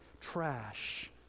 trash